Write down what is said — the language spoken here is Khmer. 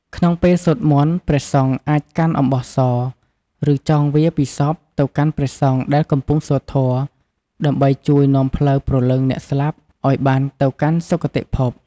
ក្នុងពេលសូត្រមន្ត ព្រះសង្ឃអាចកាន់អំបោះស ឬចងវាពីសពទៅកាន់ព្រះសង្ឃដែលកំពុងសូត្រធម៌ ដើម្បីជួយនាំផ្លូវព្រលឹងអ្នកស្លាប់ឱ្យបានទៅកាន់សុគតិភព។